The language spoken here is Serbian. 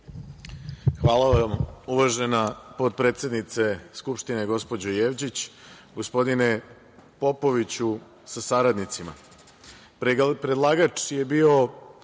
vam uvažena potpredsednice Skupštine gospođo Jevđić. Gospodine Popoviću sa saradnicima, predlagač je bio